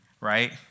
right